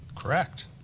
Correct